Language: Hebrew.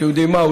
אתם יודעים מה?